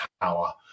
power